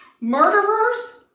Murderers